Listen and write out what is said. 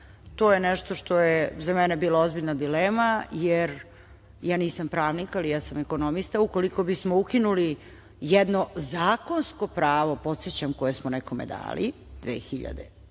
To je nešto što je za mene bilo ozbiljna dilema, jer ja nisam pravnik, ali jesam ekonomista, ukoliko bismo ukinuli jedno zakonsko pravo, podsećam, koje smo nekome dali 2006.